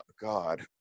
God